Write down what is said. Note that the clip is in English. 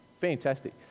Fantastic